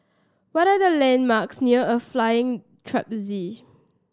what are the landmarks near a Flying Trapeze